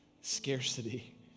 scarcity